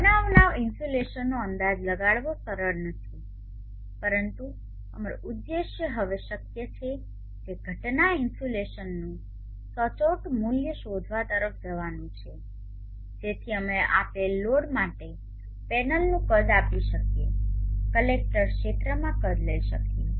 બનાવના ઇન્સ્યુલેશનનો અંદાજ લગાવવો સરળ નથી પરંતુ અમારું ઉદ્દેશ હવે શક્ય છે કે ઘટના ઇન્સ્યુલેશનનું સચોટ મૂલ્ય શોધવા તરફ જવાનું છે જેથી અમે આપેલ લોડ માટે પેનલનુ કદ આપી શકીએ કલેક્ટર ક્ષેત્રમાં કદ લઈ શકીએ